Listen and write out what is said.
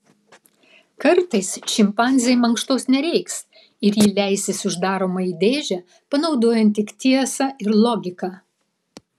kartais šimpanzei mankštos nereiks ir ji leisis uždaroma į dėžę panaudojant tik tiesą ir logiką